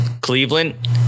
Cleveland